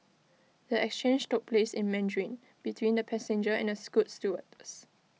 the exchange took place in Mandarin between the passenger and A scoot stewardess